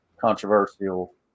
controversial